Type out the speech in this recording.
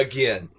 Again